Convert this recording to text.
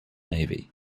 navy